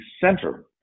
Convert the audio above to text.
center